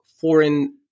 Foreign